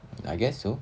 I guess so